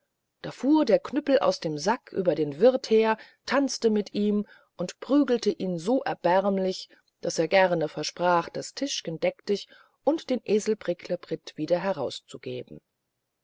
da fuhr der knüppel aus dem sack über den wirth her tanzte mit ihm und prügelte ihn so erbärmlich daß er gern versprach das tischgen deck dich und den esel bricklebrit wieder herauszugeben